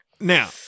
now